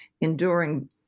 enduring